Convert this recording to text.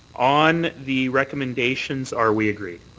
on the recommendations, are we agreed?